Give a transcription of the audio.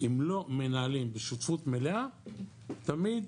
אם לא מנהלים בשותפות מלאה, תמיד